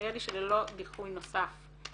נראה לי שללא דיחוי נוסף,